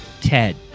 Ted